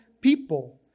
people